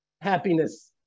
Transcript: happiness